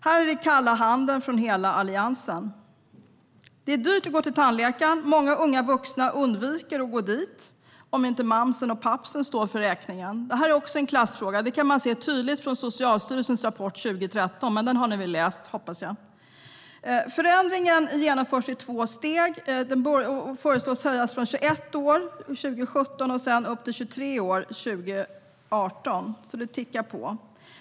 Här är det kalla handen från hela Alliansen. Det är dyrt att gå till tandläkaren. Många unga vuxna undviker att gå dit om inte mamsen och pappsen står för räkningen. Det här är också en klassfråga. Det kan man se tydligt i Socialstyrelsens rapport från 2013, men den har ni väl läst, hoppas jag. Förändringen genomförs i två steg. En höjning föreslås från 21 år 2017 och sedan upp till 23 år 2018, så det tickar på.